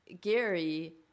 Gary